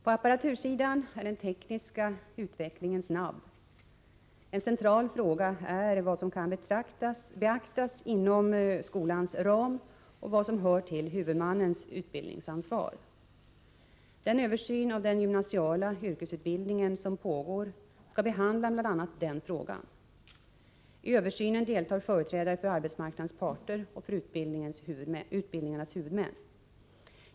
På apparatursidan är den tekniska utvecklingen snabb. En central fråga är vad som kan beaktas inom skolans ram och vad som hör till huvudmannens utbildningsansvar. Den översyn av den gymnasiala yrkesutbildningen som pågår skall behandla bl.a. den frågan. I översynen deltar företrädare för arbetsmarknadens parter och för utbildningarnas huvudmän.